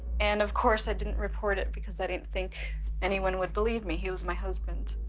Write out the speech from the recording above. and, of course, i didn't report it because i didn't think anyone would believe me. he was my husband.